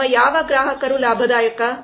ನಮ್ಮ ಯಾವ ಗ್ರಾಹಕರು ಲಾಭದಾಯಕ